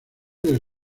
del